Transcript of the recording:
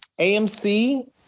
AMC